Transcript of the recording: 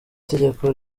itegeko